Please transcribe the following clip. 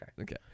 Okay